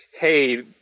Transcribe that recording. hey